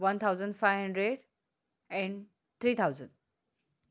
one thousand five hundred and three thousand